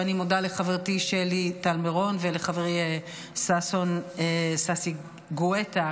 ואני מודה לחברתי שלי טל מירון ולחברי ששון ששי גואטה,